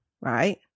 Right